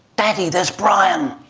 daddy, there's brian!